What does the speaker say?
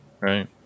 Right